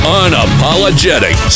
unapologetic